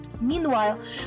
Meanwhile